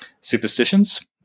superstitions